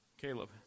Caleb